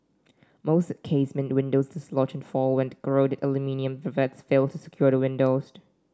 most casement windows dislodge and fall when corroded aluminium rivets fail to secure the windows